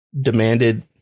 demanded